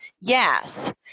Yes